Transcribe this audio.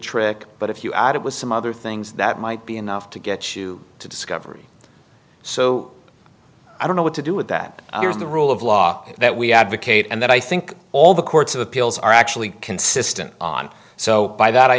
trick but if you add it with some other things that might be enough to get you to discovery so i don't know what to do with that in the rule of law that we advocate and that i think all the courts of appeals are actually consistent on so by that i